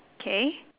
okay